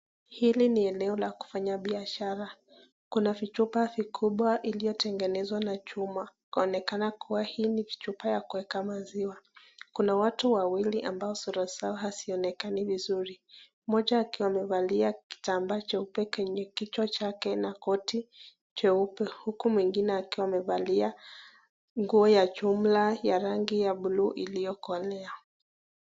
Hili ni eneo la kufanya biashara kuna vichupa vikubwa iliyotengenezwa na chuma kuonekana kuwa hii ni chupa ya kuweka maziwa. Kuna watu wawili ambao sura zao hazionekani vizuri, mmoja akiwa amevalia kitamba cheupe kwenye kichwa chake na koti jeupe. Huku mwingine akiwa amevalia nguo ya jumla ya rangi ya blue iliyokolea.